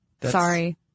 sorry